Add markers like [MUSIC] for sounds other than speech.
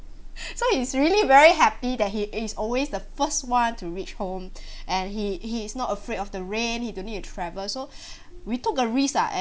so he's really very happy that he is always the first [one] to reach home [BREATH] and he he is not afraid of the rain he don't need to travel so [BREATH] we took a risk ah